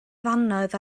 ddannoedd